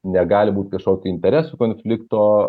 negali būt kažkokių interesų konflikto